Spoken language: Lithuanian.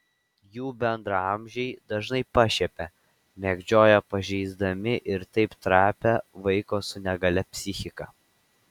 jų bendraamžiai dažnai pašiepia mėgdžioja pažeisdami ir taip trapią vaiko su negalia psichiką